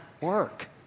work